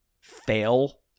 fail